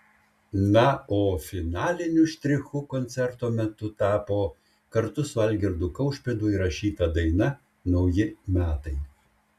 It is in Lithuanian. na o finaliniu štrichu koncerto metu tapo kartu su algirdu kaušpėdu įrašyta daina nauji metai